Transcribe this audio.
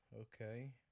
Okay